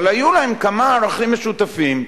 אבל היו להם כמה ערכים משותפים,